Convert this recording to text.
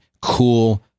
cool